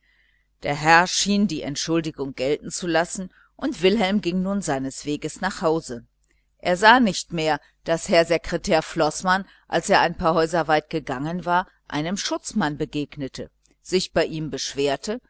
der herr schien die entschuldigung gelten zu lassen und wilhelm ging nun seines wegs nach hause er sah nicht mehr daß herr sekretär floßmann als er ein paar häuser weit gegangen war einem schutzmann begegnete sich bei ihm beschwerte